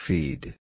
Feed